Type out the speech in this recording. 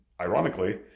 ironically